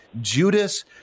Judas